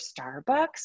Starbucks